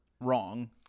wrong